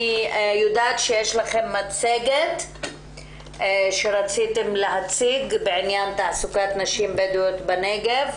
אני יודעת שיש לכם מצגת שרציתם להציג בעניין תעסוקת נשים בדואיות בנגב.